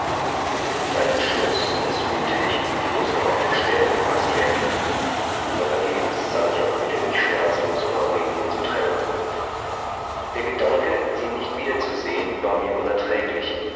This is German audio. irgendein entschluß das fühlte ich mußte auf der stelle gefaßt werden aber vergebens sann ich auf mittel mich schmerzlos von aurelien zu trennen der gedanke sie nicht wiederzusehen war mir unerträglich